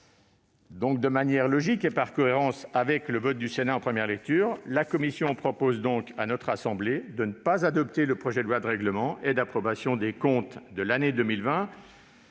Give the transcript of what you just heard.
de première lecture. Par cohérence avec le vote du Sénat en première lecture, la commission propose à notre assemblée de ne pas adopter le projet de loi de règlement et d'approbation des comptes de l'année 2020